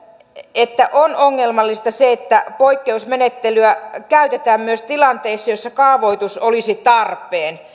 että on ongelmallista se että poikkeusmenettelyä käytetään myös tilanteissa joissa kaavoitus olisi tarpeen